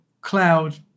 cloud